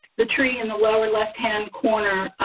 the tree in the lower left hand corner,